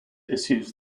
issues